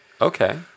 Okay